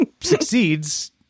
succeeds